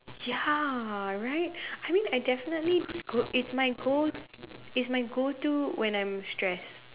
ya right I mean I definitely it is my go it is my go to when I'm stress